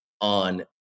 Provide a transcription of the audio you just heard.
on